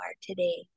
today